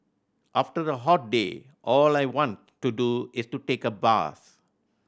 after a hot day all I want to do is to take a bath